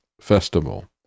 festival